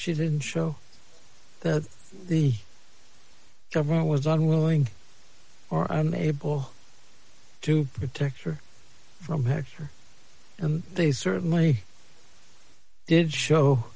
she didn't show that the government was unwilling or unable to protect her from her him they certainly did show